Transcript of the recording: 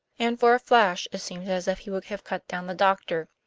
and for a flash it seemed as if he would have cut down the doctor.